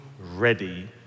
ready